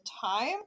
time